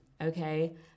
okay